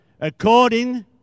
according